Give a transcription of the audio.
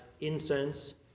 incense